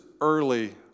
early